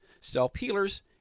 self-healers